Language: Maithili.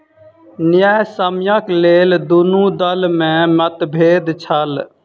न्यायसम्यक लेल दुनू दल में मतभेद छल